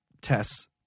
tests